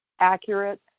accurate